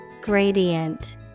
Gradient